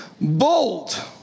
Bold